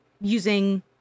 using